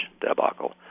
debacle